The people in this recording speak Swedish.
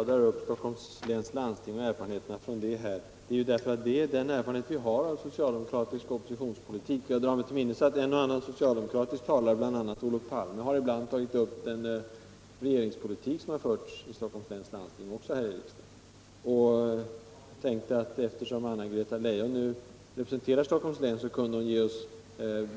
Herr talman! Att jag drar upp erfarenheterna från Stockholms läns landsting beror på att de belyser socialdemokratisk oppositionspolitik. Jag drar mig till minnes att en och annan socialdemokratisk talare, bl.a. Olof Palme, ibland här i riksdagen tagit upp den regeringspolitik som förts i Stockholms läns landsting. Jag tänkte att Anna-Greta Leijon, eftersom hon representerar Stockholms län, kunde ge oss det